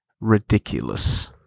ridiculous